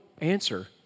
answer